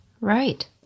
right